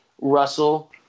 Russell